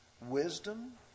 wisdom